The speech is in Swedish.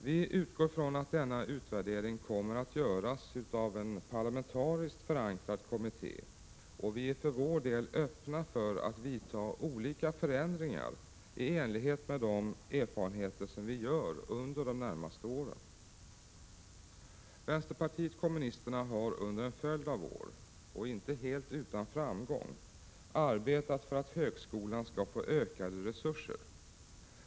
Vi utgår från att denna utvärdering kommer att göras av en parlamentariskt förankrad kommitté, och vi är för vår del öppna för att vidta olika förändringar i enlighet med de erfarenheter som vi gör under de närmaste åren. Vänsterpartiet kommunisterna har under en följd av år — inte helt utan framgång — arbetat för att högskolan skall få ökade resurser.